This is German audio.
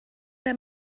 der